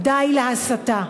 די להסתה.